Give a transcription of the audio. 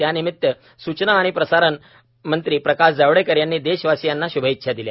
त्यानिमित्त माहिती आणि प्रसारण मंत्री प्रकाश जावडेकर यांनी देशवासीयांना श्भेच्छा दिल्या